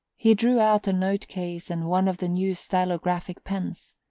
he drew out a note-case and one of the new stylographic pens.